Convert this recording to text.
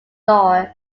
law